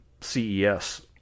CES